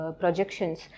projections